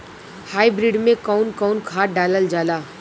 Hybrid में कउन कउन खाद डालल जाला?